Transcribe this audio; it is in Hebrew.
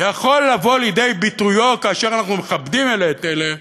יכול לבוא לידי ביטויו כאשר אנחנו מכבדים אלה את אלה,